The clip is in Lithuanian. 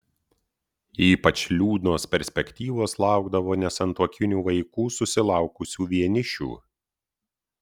ypač liūdnos perspektyvos laukdavo nesantuokinių vaikų susilaukusių vienišių